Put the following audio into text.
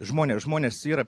žmonės žmonės yra